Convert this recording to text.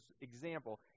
example